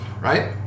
right